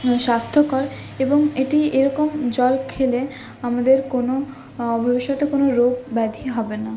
স্বাস্থ্যকর এবং এটি এরকম জল খেলে আমাদের কোনও ভবিষ্যতে কোনও রোগব্যাধি হবে না